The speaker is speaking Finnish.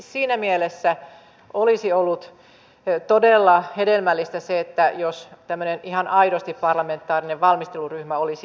siinä mielessä olisi ollut todella hedelmällistä se jos tämmöinen ihan aidosti parlamentaarinen valmisteluryhmä olisi ollut